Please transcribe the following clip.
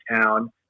town